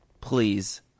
Please